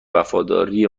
وفاداری